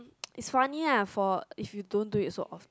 it's funny ah for if you don't do it so often